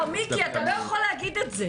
מיקי, אתה לא יכול להגיד את זה.